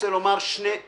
אין נמנעים,